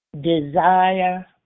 desire